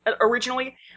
originally